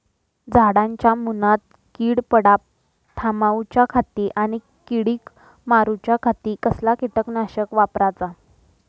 झाडांच्या मूनात कीड पडाप थामाउच्या खाती आणि किडीक मारूच्याखाती कसला किटकनाशक वापराचा?